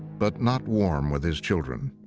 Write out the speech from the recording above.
but not warm with his children.